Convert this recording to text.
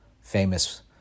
famous